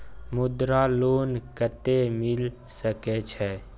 मुद्रा लोन कत्ते मिल सके छै?